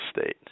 state